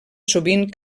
sovint